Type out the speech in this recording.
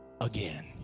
again